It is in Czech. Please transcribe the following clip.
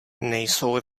nejsou